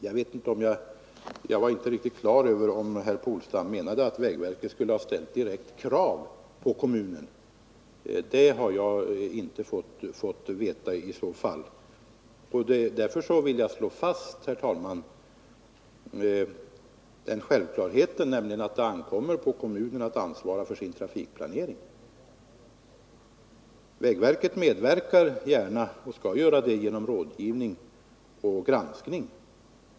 Jag är inte riktigt på det klara med om herr Polstam menade att vägverket skulle ha ställt direkta krav på kommunen -— det har jag i så fall inte fått veta. Därför vill jag, herr talman, slå fast den självklarheten att det ankommer på kommunen att ansvara för sin trafikplanering. Vägverket medverkar gärna — och skall göra det — med rådgivning och granskning.